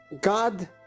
God